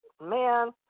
man